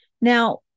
Now